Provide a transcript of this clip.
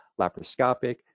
laparoscopic